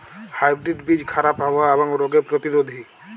hybrid বীজ খারাপ আবহাওয়া এবং রোগে প্রতিরোধী